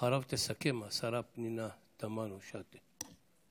אחריו תסכם השרה פנינה תמנו שטה.